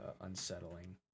unsettling